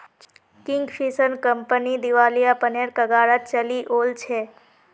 Kingfisher company दिवालियापनेर कगारत चली ओल छै